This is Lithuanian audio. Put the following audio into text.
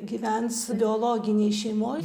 gyvens biologinėj šeimoj